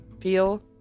feel